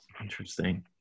Interesting